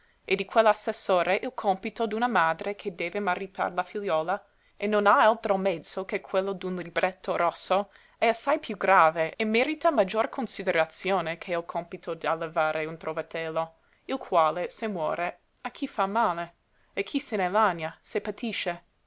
e di quell'assessore il còmpito d'una madre che deve maritar la figliuola e non ha altro mezzo che quello d'un libretto rosso è assai piú grave e merita maggior considerazione che il còmpito d'allevare un trovatello il quale se muore a chi fa male e chi se ne lagna se patisce